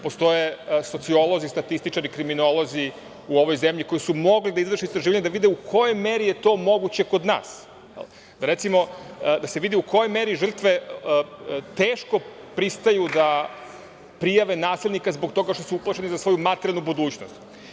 Postoje sociolozi, statističari, kriminolozi u ovoj zemlji koji su mogli da izvrše istraživanje, da vide u kojoj meri je to moguće kod nas, recimo, da se vidi u kojoj meri žrtve teško pristaju da prijave nasilnika zbog toga što su uplašeni za svoju materijalnu budućnost.